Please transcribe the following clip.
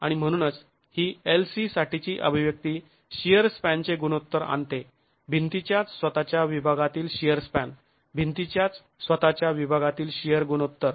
आणि म्हणूनच ही lc साठीची अभिव्यक्ती शिअर स्पॅनचे गुणोत्तर आणते भिंतीच्याच स्वतःच्या विभागातील शिअर स्पॅन भिंतीच्याच स्वतःच्या विभागातील शिअर गुणोत्तर